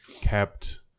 kept